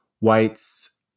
whites